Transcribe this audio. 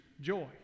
joy